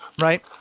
right